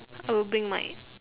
I will bring my